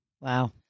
wow